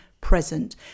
present